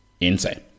insane